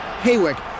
Haywick